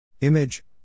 Image